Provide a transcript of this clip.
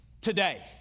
today